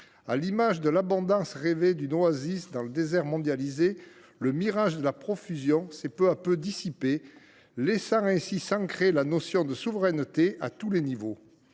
À l’image de l’abondance rêvée d’une oasis dans le désert mondialisé, le mirage de la profusion s’est peu à peu dissipé, laissant ainsi s’ancrer la notion de souveraineté dans tous les domaines.